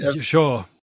Sure